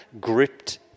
gripped